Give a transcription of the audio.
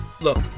Look